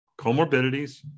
comorbidities